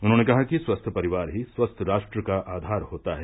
उन्होंने कहा कि स्वस्थ परिवार ही स्वस्थ राष्ट्र का आधार होता है